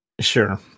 Sure